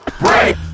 break